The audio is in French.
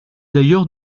d’ailleurs